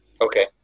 Okay